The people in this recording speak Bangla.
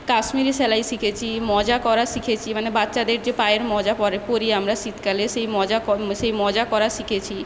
কাশ্মীরি সেলাই শিখেছি মোজা করা শিখেছি মানে বাচ্চাদের যে পায়ের মোজা পরে পরি আমরা শীতকালে সেই মোজা কর সেই মোজা করা শিখেছি